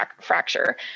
fracture